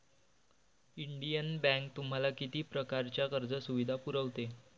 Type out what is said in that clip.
Indian bank तुम्हाला किती प्रकारच्या कर्ज सुविधा पुरवते?